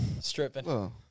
Stripping